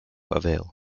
avail